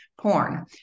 porn